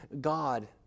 god